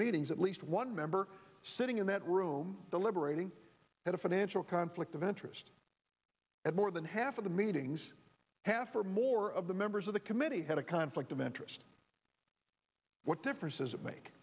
meetings at least one member sitting in that room deliberating at a financial conflict of interest at more than half of the meetings half or more of the members of the committee had a conflict of interest what difference does it make